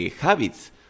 habits